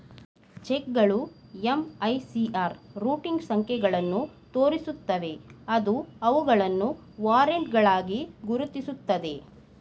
ಚೆಕ್ಗಳು MICR routing ಸಂಖ್ಯೆಗಳನ್ನು ತೋರಿಸುತ್ತವೆ ಅದು ಅವುಗಳನ್ನು ವಾರೆಂಟ್ಗಳಾಗಿ ಗುರುತಿಸುತ್ತದೆ